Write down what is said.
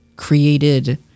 created